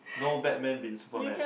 no Batman bin Superman